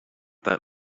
that